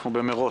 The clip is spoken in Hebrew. אנחנו במרוץ.